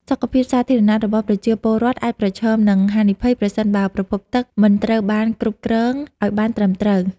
សុខភាពសាធារណៈរបស់ប្រជាពលរដ្ឋអាចប្រឈមនឹងហានិភ័យ ប្រសិនបើប្រភពទឹកមិនត្រូវបានគ្រប់គ្រងឱ្យបានត្រឹមត្រូវ។